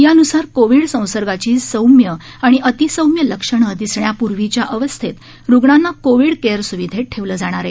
यानुसार कोविड संसर्गाची सौम्य आणि अति सौम्य लक्षणं दिसण्यापूर्वीच्या अवस्थेत रुग्णांना कोविड केअर स्विधेत ठेवलं जाणार आहे